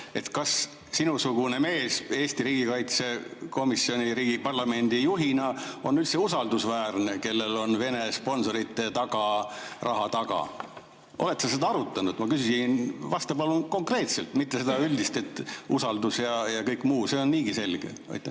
kas sinusugune mees Eesti riigikaitsekomisjoni, riigi parlamendi[komisjoni] juhina on üldse usaldusväärne, kui tal on Vene sponsorite raha taga? Oled sa seda arutanud? Vasta palun konkreetselt, mitte seda üldist, et usaldus ja kõik muu. See on niigi selge. Hea